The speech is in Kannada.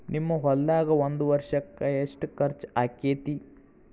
ನಿಮ್ಮ ಹೊಲ್ದಾಗ ಒಂದ್ ವರ್ಷಕ್ಕ ಎಷ್ಟ ಖರ್ಚ್ ಆಕ್ಕೆತಿ?